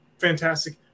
fantastic